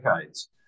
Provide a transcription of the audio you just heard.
decades